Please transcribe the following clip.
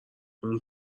اون